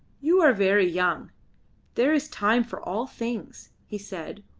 you are very young there is time for all things, he said,